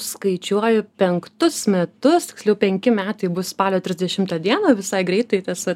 skaičiuoju penktus metus tiksliau penki metai bus spalio trisdešimtą dieną visai greitai tas